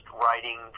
writing